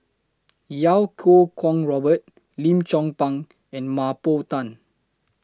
Iau Kuo Kwong Robert Lim Chong Pang and Mah Bow Tan